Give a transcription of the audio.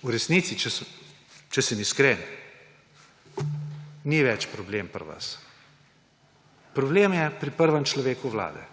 v resnici, če sem iskren, ni več problem pri vas. Problem je pri prvem človeku vlade,